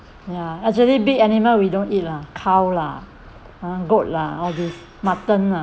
ya actually big animal we don't eat lah cow lah uh goat lah all these mutton lah